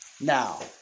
Now